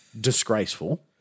Disgraceful